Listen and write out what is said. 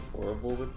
horrible